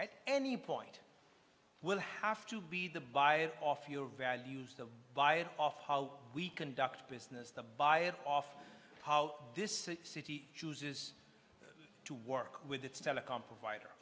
at any point will have to be the buy off your values the via off how we conduct business the buy it off how this city chooses to work with its telecom provider